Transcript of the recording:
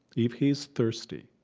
if he is thirsty,